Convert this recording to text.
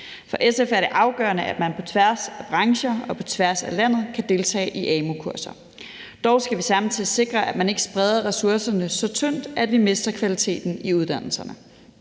For SF er det afgørende, at man på tværs af brancher og på tværs af landet kan deltage i amu-kurser. Dog skal vi samtidig sikre, at man ikke spreder ressourcerne så tyndt ud, at vi mister kvaliteten i uddannelserne.